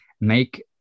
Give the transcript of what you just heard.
make